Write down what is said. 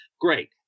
Great